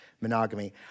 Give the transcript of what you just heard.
monogamy